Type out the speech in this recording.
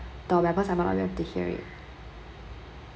doorbell cause I don't want neighbours to hear it